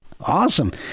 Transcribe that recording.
Awesome